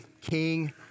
King